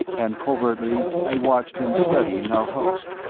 and covertly i watched him studying our host.